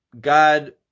God